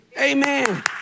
Amen